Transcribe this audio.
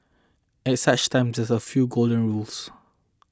at such times there are a few golden rules